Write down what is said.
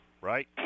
right